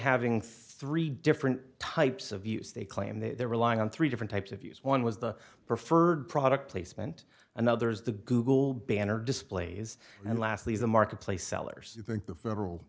having three different types of use they claim they're relying on three different types of use one was the preferred product placement another is the google banner displays and lastly the marketplace sellers think the federal